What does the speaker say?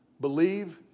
believe